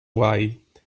white